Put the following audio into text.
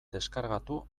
deskargatu